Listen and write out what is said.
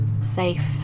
safe